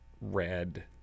red